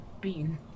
bean